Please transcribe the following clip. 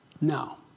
Now